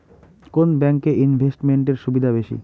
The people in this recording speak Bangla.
কোন ব্যাংক এ ইনভেস্টমেন্ট এর সুবিধা বেশি?